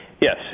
Yes